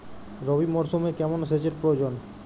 রবি মরশুমে কেমন সেচের প্রয়োজন?